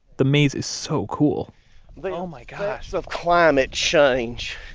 the maze is so cool but oh my of climate change